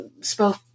spoke